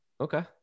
okay